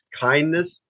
kindness